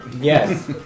Yes